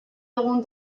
dugun